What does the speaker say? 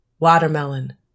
Watermelon